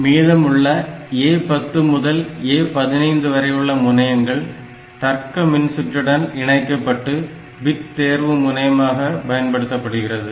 மீதமுள்ள A10 முதல் A15 வரையுள்ள முனையங்கள் தர்க்க மின்சுற்றுடன் இணைக்கப்பட்டு பிட் தேர்வு முனையமாக பயன்படுத்தப்படுகிறது